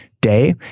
day